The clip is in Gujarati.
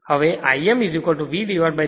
હવે I mVj X m છે